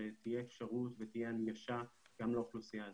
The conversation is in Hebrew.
שתהיה אפשרות ושתהיה הנגשה גם לאוכלוסייה הזאת,